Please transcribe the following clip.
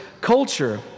culture